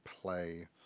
play